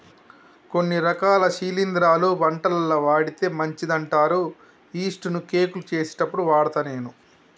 కొన్ని రకాల శిలింద్రాలు వంటలల్ల వాడితే మంచిదంటారు యిస్టు ను కేకులు చేసేప్పుడు వాడుత నేను